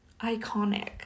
Iconic